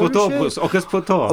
po to bus o kas po to